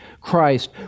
Christ